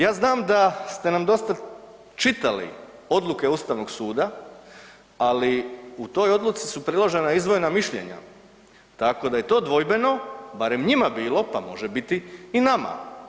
Ja znam da ste nam dosta čitali odluke Ustavnog suda, ali u toj odluci su priložena izložena mišljenja tako da je to dvojbeno barem njima bilo pa može biti i nama.